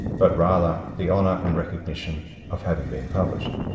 but rather the honour and recognition of having been published.